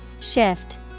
shift